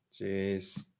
Jeez